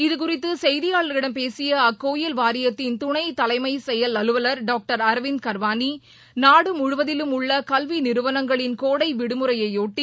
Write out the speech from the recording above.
இதுகுறித்து செய்தியாளர்களிடம் பேசிய அக்கோயில் வாரியத்தின் துணை தலைமை செயல் அலுவலர் டாக்டர் அரவிந்த் கர்வானி நாடு முழுவதிலும் உள்ள கல்வி நிறுவனங்களின் கோடை விடுமுறையபொட்டி